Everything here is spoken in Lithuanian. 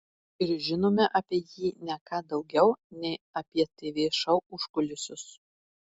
ir žinome apie jį ne ką daugiau nei apie tv šou užkulisius